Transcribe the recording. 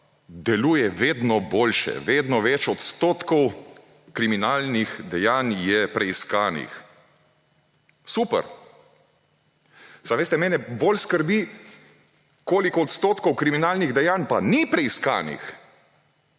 deluje vedno boljše, vedno več odstotkov kriminalnih dejanj je preiskanih. Super! Samo veste, mene bolj skrbi, koliko odstotkov kriminalnih dejanj pa ni preiskanih.